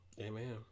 Amen